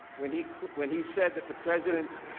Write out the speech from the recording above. when he caught when he said that the president